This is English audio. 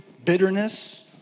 Bitterness